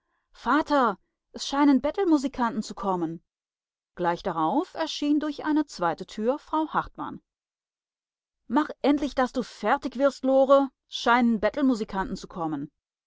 vater es scheinen bettelmusikanten zu kommen gleich darauf erschien durch eine zweite tür frau hartmann mach endlich daß du fertig wirst lore s scheinen bettelmusikanten zu kommen